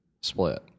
split